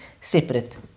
separate